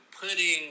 putting